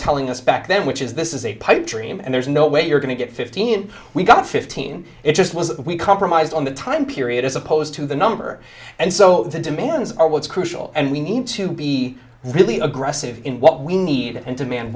telling us back then which is this is a pipe dream and there's no way you're going to get fifteen we got fifteen it just wasn't we compromised on the time period as opposed to the number and so the demands are what's crucial and we need to be really aggressive in what we need and demand